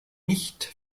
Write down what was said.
nicht